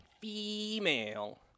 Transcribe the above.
female